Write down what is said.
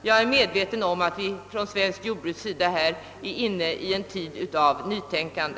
Jag är medveten om att svenskt jordbruk nu är inne i en tid av nytänkande.